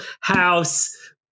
House